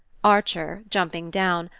archer, jumping down,